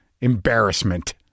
embarrassment